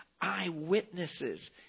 Eyewitnesses